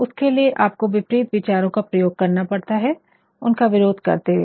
उसके लिए आपको विपरीत विचारो का प्रयोग करना पड़ता है उनका विरोध करते हुए